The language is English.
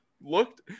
looked